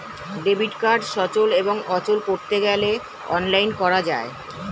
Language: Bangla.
ডেবিট কার্ড সচল এবং অচল করতে গেলে অনলাইন করা যায়